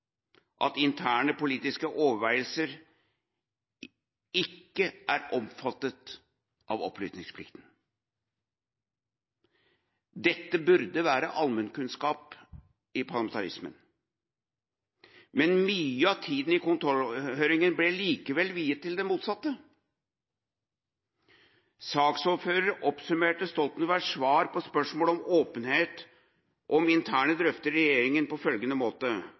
at interne politiske overveielser ikke er omfattet av opplysningsplikten. Dette burde være allmennkunnskap i parlamentarismen, men mye av tiden i kontrollhøringa ble likevel viet til det motsatte. Saksordføreren oppsummerte Stoltenbergs svar på spørsmål om åpenhet om interne drøftinger i regjeringa på følgende måte: